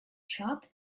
sharp